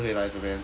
对